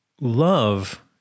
Love